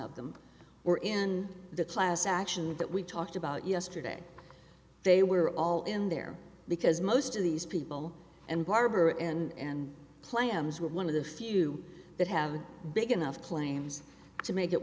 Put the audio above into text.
of them or in the class action that we talked about yesterday they were all in there because most of these people and barbour and plans were one of the few that have big enough claims to make it